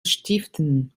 stiften